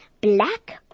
black